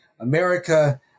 America